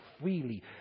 freely